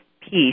piece